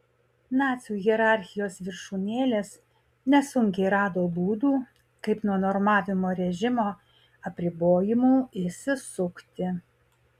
nacių hierarchijos viršūnėlės nesunkiai rado būdų kaip nuo normavimo režimo apribojimų išsisukti